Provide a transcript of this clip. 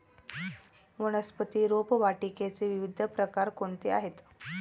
वनस्पती रोपवाटिकेचे विविध प्रकार कोणते आहेत?